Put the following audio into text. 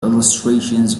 illustrations